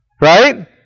Right